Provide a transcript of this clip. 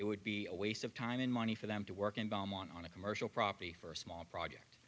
it would be a waste of time and money for them to work in belmont on a commercial property for a small project